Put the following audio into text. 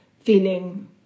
feeling